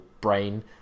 brain